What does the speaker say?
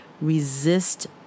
Resist